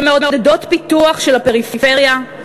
שמעודדות פיתוח של הפריפריה,